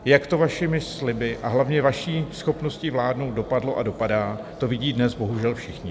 Jak to s vašimi sliby a hlavně s vaší schopnosti vládnout dopadlo a dopadá, to vidí dnes bohužel všichni.